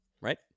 Right